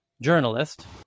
journalist